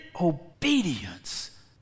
obedience